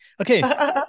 Okay